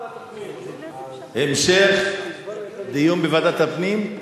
להמשיך בוועדת הפנים.